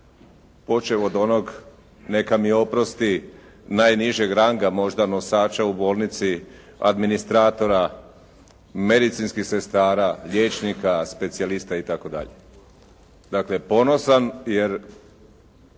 počev od onog, neka mi oprosti, najnižeg ranga možda nosača u bolnici, administratora, medicinskih sestara, liječnika, specijalista itd. Dakle, ponosan jer